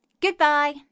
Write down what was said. Goodbye